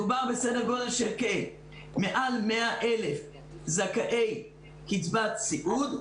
מדובר בסדר גודל של מעל 100,000 זכאי קצבת סיעוד,